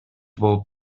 болуп